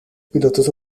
pilotos